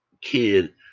kid